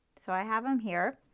so i have them here.